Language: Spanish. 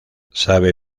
sabe